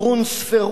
כלשונו,